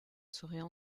seraient